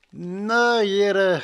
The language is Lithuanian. na yra